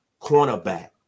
cornerback